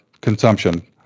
consumption